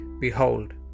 behold